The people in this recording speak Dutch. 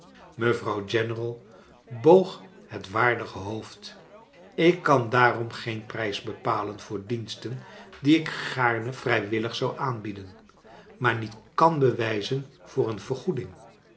mevrouw general boog het waardige hoofd ik kan daarom geen prijs bepalen voor diensten die ik gaarne vrijwillig zou aanbieden maar niet kan bewijzen voor een vergoeding